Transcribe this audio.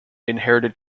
inherited